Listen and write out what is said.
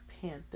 Panther